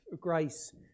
grace